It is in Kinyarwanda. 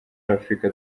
afurika